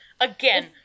Again